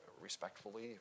respectfully